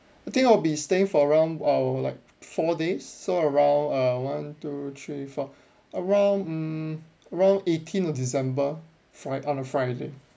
I think I'll be staying for around uh like four days so around uh one two three four around um around eighteenth of december fri~ on a friday